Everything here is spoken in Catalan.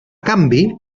canvi